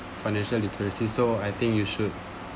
financial literacy so I think you should